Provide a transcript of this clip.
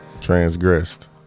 Transgressed